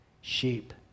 Sheep